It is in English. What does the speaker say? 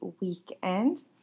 weekend